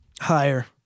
Higher